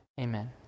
Amen